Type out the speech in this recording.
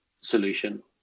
solution